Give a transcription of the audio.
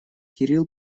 кирилл